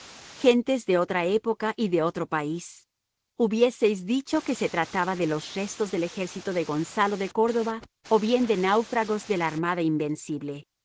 gentes de otra época y de otro país hubieseis dicho que se trataba de los restos del ejército de gonzalo de córdoba o bien de náufragos de la armada invencible